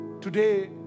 Today